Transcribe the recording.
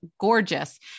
gorgeous